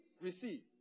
receive